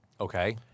Okay